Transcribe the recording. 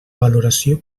valoració